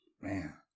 Man